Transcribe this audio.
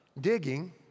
digging